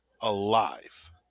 alive